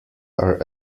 are